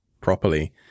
properly